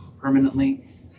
permanently